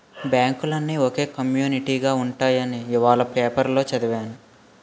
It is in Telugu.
బాంకులన్నీ ఒకే కమ్యునీటిగా ఉంటాయని ఇవాల పేపరులో చదివాను